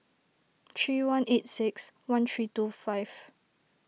three one eight six one three two five